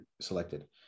selected